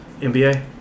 NBA